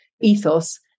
ethos